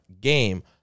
game